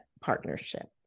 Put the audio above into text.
partnership